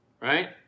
right